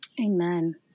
Amen